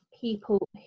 people